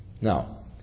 Now